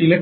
आता